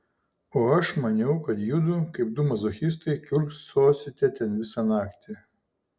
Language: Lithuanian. o aš maniau kad judu kaip du mazochistai kiurksosite ten visą naktį